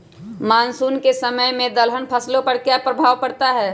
Monsoon के समय में दलहन फसलो पर क्या प्रभाव पड़ता हैँ?